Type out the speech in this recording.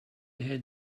ahead